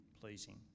pleasing